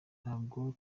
ntabwo